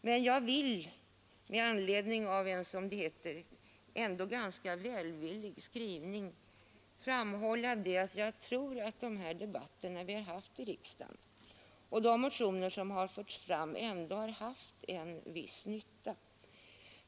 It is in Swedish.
Men jag vill med anledning av en, som det heter, ganska välvillig skrivning framhålla att jag tror att de debatter vi haft i riksdagen och de motioner som förts fram ändå har gjort en viss nytta.